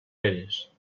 eres